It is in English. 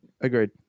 agreed